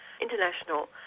international